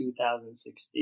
2016